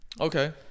Okay